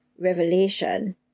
Revelation